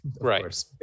right